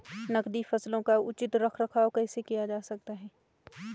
नकदी फसलों का उचित रख रखाव कैसे किया जा सकता है?